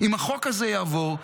אם החוק הזה יעבור,